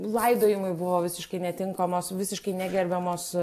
laidojimui buvo visiškai netinkamos visiškai negerbiamos